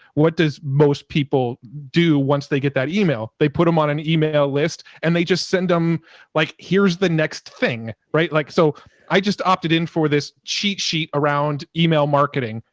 what does most people do once they get that email, they put them on an email list and they just send them like, here's the next thing? right? like, so i just opted in for this cheat sheet around email marketing.